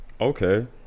Okay